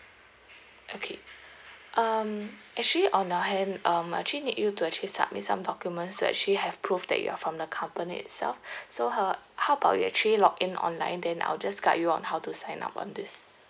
okay um actually on your hand um I actually need you to actually submit some documents to actually have proof that you are from the company itself so uh how about you actually log in online then I'll just guide you on how to sign up on this